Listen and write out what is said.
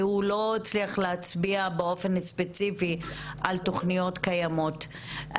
והוא לא הצליח להצביע באופן ספציפי על תוכניות קיימות.